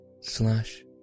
slash